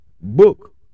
book